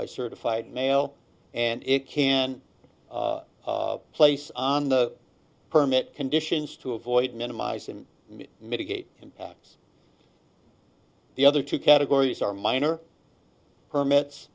by certified mail and it can place on the permit conditions to avoid minimizing mitigate impacts the other two categories are minor permits